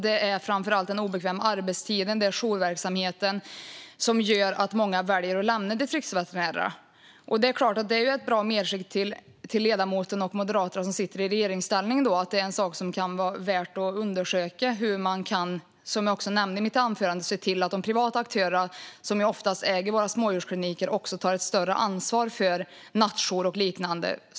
Det är framför allt den obekväma arbetstiden och jourverksamheten som gör att många väljer att lämna distriktsveterinärverksamheten. Det är klart att detta är ett bra medskick till ledamoten och Moderaterna, som sitter i regeringsställning. Det kan vara värt att undersöka, som jag också nämnde i mitt anförande, hur man kan se till att de privata aktörerna, som oftast äger våra smådjurskliniker, tar ett större ansvar för nattjour och liknande.